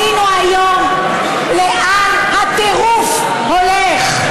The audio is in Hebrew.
ראינו היום לאן הטירוף הולך.